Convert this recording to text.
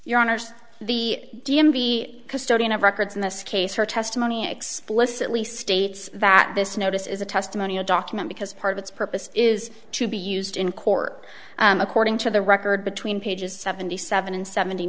your honor the d m v custodian of records in this case her testimony explicitly states that this notice is a testimonial document because part of its purpose is to be used in court according to the record between pages seventy seven and seventy